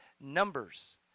Numbers